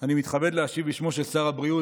אני מתכבד להשיב בשמו של שר הבריאות